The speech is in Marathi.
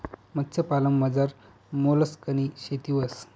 मत्स्यपालनमझार मोलस्कनी शेती व्हस